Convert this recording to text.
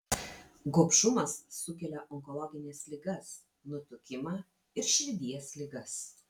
gobšumas sukelia onkologines ligas nutukimą ir širdies ligas